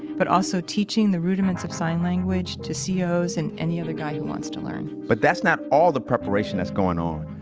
but also teaching the rudiments of sign language to c o ah s and any other guy who wants to learn but that's not all the preparation that's going on.